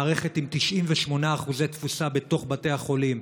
מערכת עם 98% תפוסה בבתי החולים,